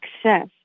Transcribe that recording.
success